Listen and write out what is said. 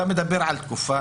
אתה מדבר על תקופה